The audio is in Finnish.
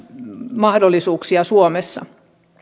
mahdollisuuksia suomessa